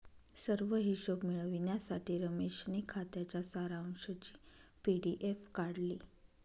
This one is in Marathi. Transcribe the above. सर्व हिशोब मिळविण्यासाठी रमेशने खात्याच्या सारांशची पी.डी.एफ काढली